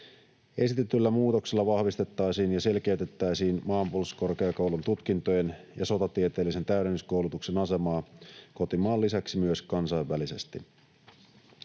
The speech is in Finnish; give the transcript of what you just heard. Esitetyillä muutoksilla vahvistettaisiin ja selkeytettäisiin Maanpuolustuskorkeakoulun tutkintojen ja sotatieteellisen täydennyskoulutuksen asemaa kotimaan lisäksi myös kansainvälisesti.